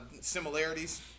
similarities